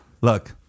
look